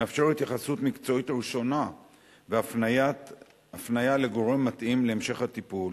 מאפשר התייחסות מקצועית ראשונה והפניה לגורם מתאים להמשך הטיפול.